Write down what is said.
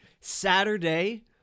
Saturday